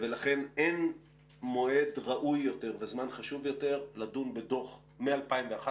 ולכן אין מועד ראוי יותר וזמן חשוב יותר לדון בדוח מ-2011,